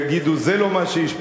יגידו זה לא מה שהשפיע,